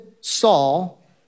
Saul